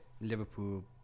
Liverpool